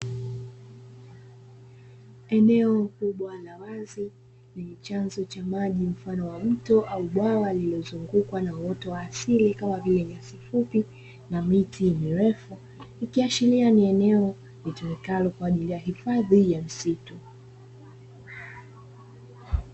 Eneo kubwa la wazi lenye chanzo cha maji mfano wa mto au bwawa lililozungukwa na uoto wa asili kama vile nyasi fupi na miti mirefu, ikiashiria ni eneo litumikalo kwaajili ya hifadhi ya msitu.